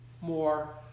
more